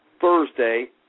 Thursday